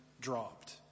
dropped